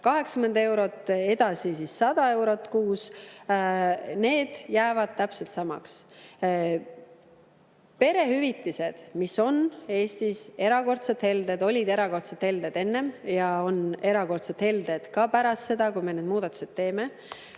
80 eurot, edasi 100 eurot kuus –, jäävad täpselt samaks. Perehüvitised, mis on Eestis erakordselt helded – olid erakordselt helded enne ja on erakordselt helded ka pärast seda, kui me need muudatused teeme